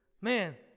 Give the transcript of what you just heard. man